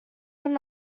would